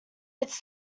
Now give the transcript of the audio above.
its